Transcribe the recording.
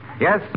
Yes